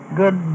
good